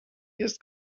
jest